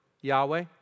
Yahweh